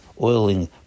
oiling